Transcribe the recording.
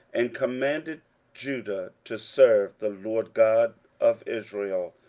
and commanded judah to serve the lord god of israel.